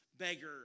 Beggar